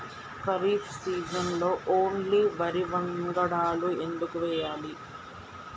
ఖరీఫ్ సీజన్లో ఓన్లీ వరి వంగడాలు ఎందుకు వేయాలి?